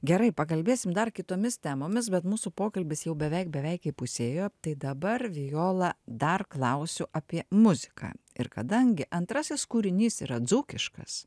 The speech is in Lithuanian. gerai pakalbėsim dar kitomis temomis bet mūsų pokalbis jau beveik beveik įpusėjo tai dabar viola dar klausiu apie muziką ir kadangi antrasis kūrinys yra dzūkiškas